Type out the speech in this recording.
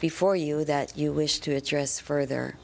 before you that you wish to address further